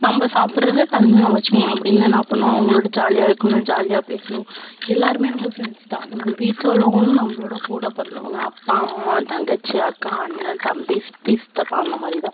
நம்ம சாப்பிட்றத தனியாக வெச்சுக்கணும் அப்படி இல்லைனா என்ன பண்ணும் அவங்களோட ஜாலியாக இருக்கணும் ஜாலியாக பேசணும் எல்லோருமே நம்ம ஃப்ரெண்ட்ஸ் தான் நம்ம வீட்டில் உள்ளவங்களும் நம்மளோட கூட பிறந்தவங்க அப்பா அம்மா தங்கச்சி அக்கா அண்ணன் தம்பி சித்தி சித்தப்பா அந்த மாதிரி தான்